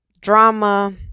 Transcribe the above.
drama